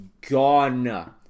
gone